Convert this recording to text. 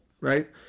right